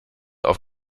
auf